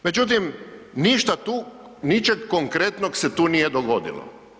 Međutim, ništa tu, ničeg konkretnog se tu nije dogodilo.